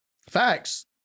Facts